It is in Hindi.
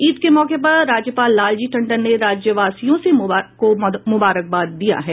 ईद के मौके पर राज्यपाल लालजी टंडन ने राज्यवासियों को मुबारकबाद दिया है